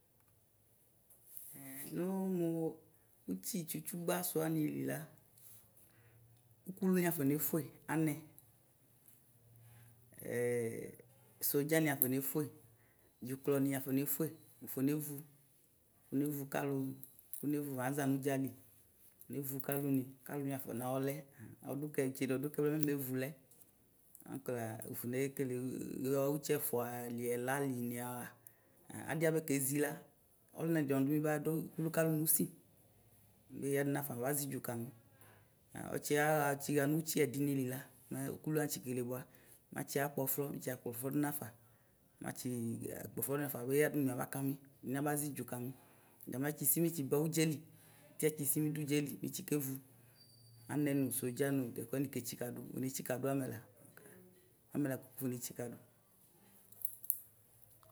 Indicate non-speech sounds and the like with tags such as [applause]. [hesitation] nʋ mʋ utsi tsʋtsʋgba sʋwanili la ʋkʋlʋni afɔnefʋe anɛ [hesitation] soɣani afɔnefue dzuklɔni afɔnefue ʋfɔnevʋ nevʋ kalʋ kʋnevʋ baza nʋ ʋdzali ʋnevʋ kalʋni afɔ nɔ lɛ ɔduku itsede ɔdʋ kɛ mɛ evʋlɛ dɔk ʋkɔne kele naya utsi ɛfuali ɛlali niyɔɣa adi abakezi la ɔluna di ɔbadʋ kalʋ nʋ ʋsi ʋyadʋ nafa ʋzi idzʋ kama ɔtsi yaɣa nʋ ʋtsi ɛdini lila mɛ ʋkʋ wani atsi kele bʋa matsi yakpɔ flɔ mɛ ʋtsiɣa kpɔflɔ dʋ nafa nafa abeya dʋmi abakami abazi idzʋ kami gamɛ atsisi mɛtsi ba ʋdzɛli iti atsisi mɛ idʋ ʋdzɛli utsi kevu anemʋ soɣan dʋ wakɔne tsikadʋ dʋ wakɔne tsikadʋ amɛla amɛ lakʋ nafɔ ne tsikadʋ.